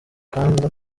kanda